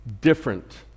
different